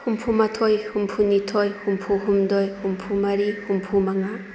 ꯍꯨꯝꯐꯨ ꯃꯥꯊꯣꯏ ꯍꯨꯝꯐꯨ ꯅꯤꯊꯣꯏ ꯍꯨꯝꯐꯨ ꯍꯨꯝꯗꯣꯏ ꯍꯨꯝꯐꯨ ꯃꯔꯤ ꯍꯨꯝꯐꯨ ꯃꯉꯥ